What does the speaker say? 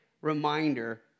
reminder